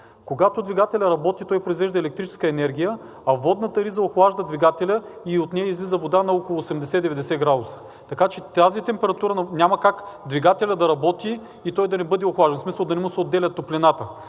Когато двигателят работи, той произвежда електрическа енергия, а водната риза охлажда двигателя и от нея излиза вода на около 80 – 90 градуса. Така че на тази температура няма как двигателят да работи и той да не бъде охлаждан, в смисъл да не му се отделя топлината.